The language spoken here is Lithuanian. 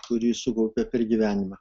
kurį sukaupė per gyvenimą